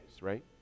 right